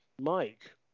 Mike